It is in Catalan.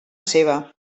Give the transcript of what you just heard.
seva